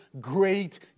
great